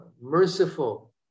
merciful